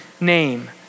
name